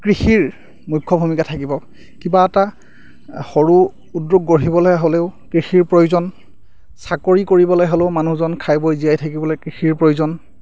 কৃষিৰ মুখ্য ভূমিকা থাকিব কিবা এটা সৰু উদ্যোগ গঢ়িবলৈ হ'লেও কৃষিৰ প্ৰয়োজন চাকৰি কৰিবলৈ হ'লেও মানুহজন খাই বৈ জীয়াই থাকিবলৈ কৃষিৰ প্ৰয়োজন